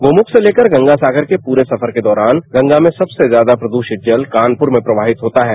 गौमुख से गंगासागर के पूरे सफर के दौरान गंगा में सबसे ज्यादा प्रदूषित जल कानपुर में प्रवाहित होता है